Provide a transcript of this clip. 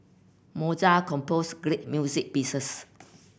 Mozart composed great music pieces